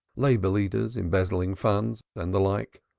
labor-leaders embezzling funds, and the like.